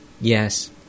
Yes